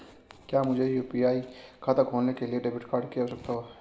क्या मुझे यू.पी.आई खाता खोलने के लिए डेबिट कार्ड की आवश्यकता है?